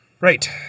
Right